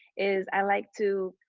is i like to